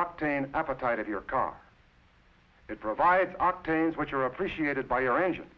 octane appetite of your car it provides octanes which are appreciated by our engine